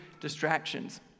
distractions